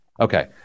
Okay